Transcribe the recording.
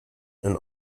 and